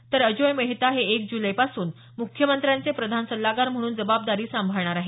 तर अजोय मेहता हे एक जुलै पासून मुख्यमंत्र्यांचे प्रधान सल्लागार म्हणून जबाबदारी सांभाळणार आहेत